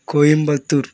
Coimbatore